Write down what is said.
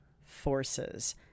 forces